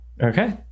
okay